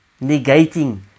Negating